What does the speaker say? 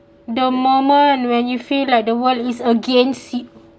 the moment when you feel like the world is against you